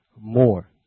more